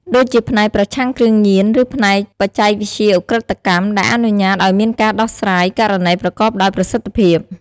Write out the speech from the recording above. ដូចជាផ្នែកប្រឆាំងគ្រឿងញៀន ឬផ្នែកបច្ចេកវិទ្យាឧក្រិដ្ឋកម្ម ដែលអនុញ្ញាតឱ្យមានការដោះស្រាយករណីប្រកបដោយប្រសិទ្ធភាព។